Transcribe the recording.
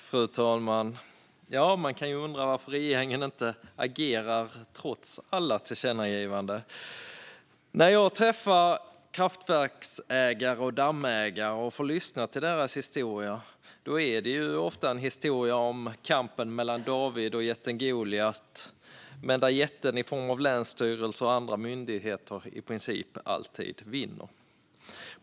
Fru talman! Man kan ju undra varför regeringen inte agerar trots alla tillkännagivanden. När jag träffar kraftverksägare och dammägare och lyssnar på dem får jag ofta höra en historia om kampen mellan David och jätten Goljat, men det är en historia där jätten i form av länsstyrelser och andra myndigheter i princip alltid vinner.